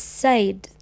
side